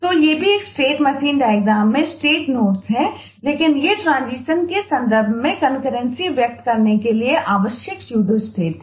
तो ये भी एक स्टेट मशीन डायग्राम हैं